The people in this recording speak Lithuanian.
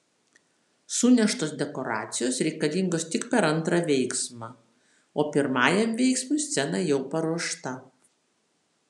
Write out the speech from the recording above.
suneštos dekoracijos reikalingos tik per antrą veiksmą o pirmajam veiksmui scena jau paruošta